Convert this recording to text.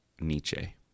Nietzsche